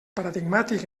paradigmàtic